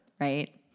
right